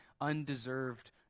undeserved